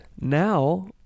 now